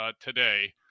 today